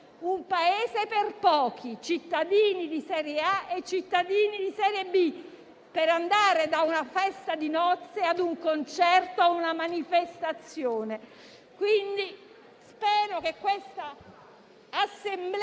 un Paese per pochi, cittadini di serie A e cittadini di serie B, per andare ad una festa di nozze, ad un concerto, a una manifestazione. Quindi, spero che questa Assemblea